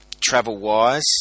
Travel-wise